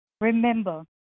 remember